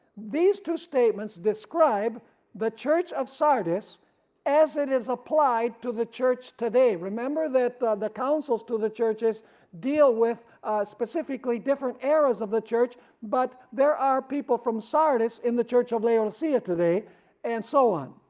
these two statements describe the church of sardis as it is applied to the church today. remember that the council's to the churches deal with specifically different errors of the church but there are people from sardis in the church of laodicea today and so on.